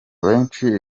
benshi